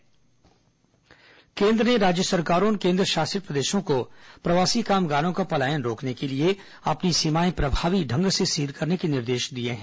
corona केंद्र निर्देश केन्द्र ने राज्य सरकारों और केन्द्रशासित प्रदेशों को प्रवासी कामगारों का पलायन रोकने के लिए अपनी सीमाएं प्रभावी ढंग से सील करने के निर्देश दिए हैं